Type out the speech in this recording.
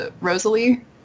Rosalie